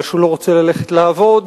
משום שהוא לא רוצה ללכת לעבוד,